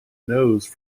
nose